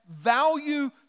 value